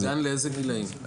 גן לאיזה גילאים?